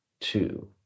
two